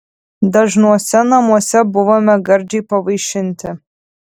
dažnuose namuose buvome gardžiai pavaišinti